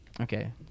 Okay